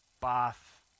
bath